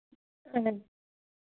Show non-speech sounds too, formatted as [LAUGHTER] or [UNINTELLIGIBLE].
[UNINTELLIGIBLE]